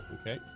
okay